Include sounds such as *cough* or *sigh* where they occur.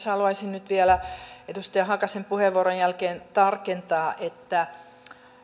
*unintelligible* haluaisin nyt vielä edustaja hakasen puheenvuoron jälkeen tarkentaa että